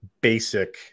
basic